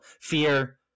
fear